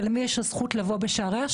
ולמי יש הזכות לבוא בשעריה.